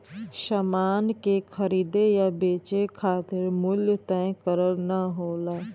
समान के खरीदे या बेचे खातिर मूल्य तय करना होला